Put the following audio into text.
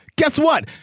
guess what.